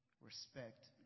respect